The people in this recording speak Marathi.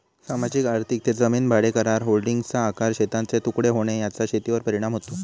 सामाजिक आर्थिक ते जमीन भाडेकरार, होल्डिंग्सचा आकार, शेतांचे तुकडे होणे याचा शेतीवर परिणाम होतो